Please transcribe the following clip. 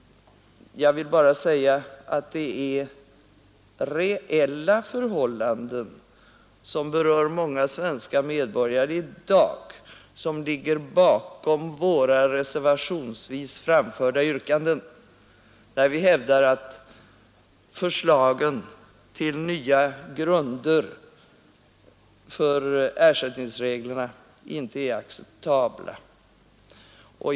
Jag vill bara säga att det är reella förhållanden, vilka berör många svenska medborgare i dag, som ligger bakom våra reservationsvis framförda yrkanden, där vi hävdar att förslagen till nya grunder för ersättningsreglerna inte är acceptabla.